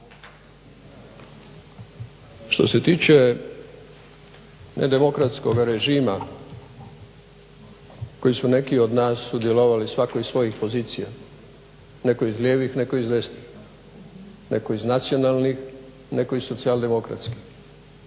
Što se tiče nedemokratskoga režima koji su neki od nas sudjelovali svatko iz svojih pozicija, netko iz lijevih neko iz desnih, neko iz nacionalnih neko iz socijaldemokratskih